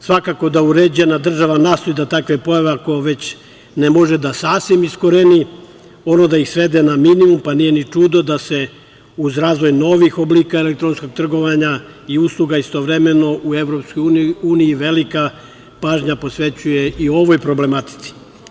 Svakako da uređena država nastoji da takve pojave, ako već ne može da sasvim iskoreni, ono da ih svede na minimum, pa nije ni čudo da se uz razvoj novih oblika elektronskog trgovanja i usluga istovremeno u Evropskoj uniji velika pažnja posvećuje i u ovoj problematici.